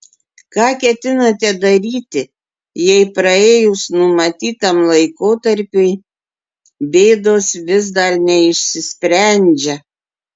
ką ketinate daryti jei praėjus numatytam laikotarpiui bėdos vis dar neišsisprendžia